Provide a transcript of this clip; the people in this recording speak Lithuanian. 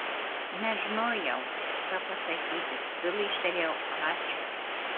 nežinojau ką pasakyti todėl ištariau ačiū